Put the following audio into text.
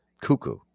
cuckoo